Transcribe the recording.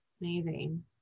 Amazing